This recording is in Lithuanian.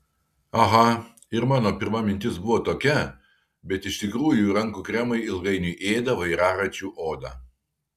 aha ir mano pirma mintis buvo tokia bet iš tikrųjų rankų kremai ilgainiui ėda vairaračių odą